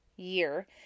year